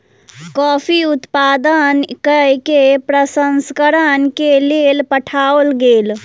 coffee उत्पादन कय के प्रसंस्करण के लेल पठाओल गेल